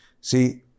See